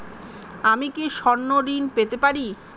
আমি কি স্বর্ণ ঋণ পেতে পারি?